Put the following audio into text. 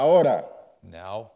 Now